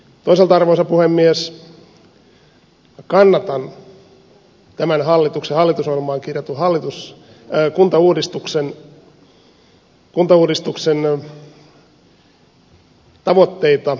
toisaalta arvoisa puhemies kannatan tämän hallituksen hallitusohjelmaan kirjatun kuntauudistuksen tavoitteita ja periaatteita